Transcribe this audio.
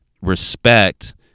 respect